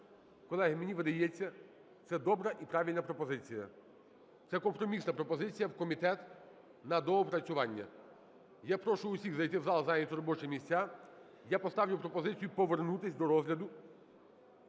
Колеги, мені видається, це добра і правильна пропозиція, це компромісна пропозиція: в комітет на доопрацювання. Я прошу всіх зайти в зал, зайняти робочі місця, я поставлю пропозицію повернутися до розгляду,